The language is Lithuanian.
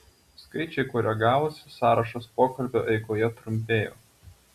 skaičiai koregavosi sąrašas pokalbio eigoje trumpėjo